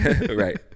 right